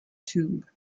tube